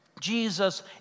Jesus